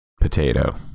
potato